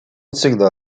всегда